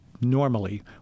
normally